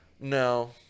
No